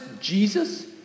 Jesus